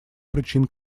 причин